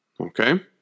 Okay